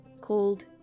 called